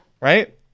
Right